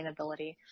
sustainability